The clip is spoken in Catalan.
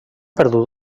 perdut